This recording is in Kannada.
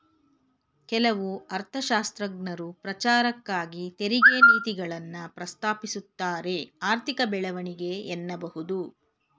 ಕೆಲವು ಅರ್ಥಶಾಸ್ತ್ರಜ್ಞರು ಪ್ರಚಾರಕ್ಕಾಗಿ ತೆರಿಗೆ ನೀತಿಗಳನ್ನ ಪ್ರಸ್ತಾಪಿಸುತ್ತಾರೆಆರ್ಥಿಕ ಬೆಳವಣಿಗೆ ಎನ್ನಬಹುದು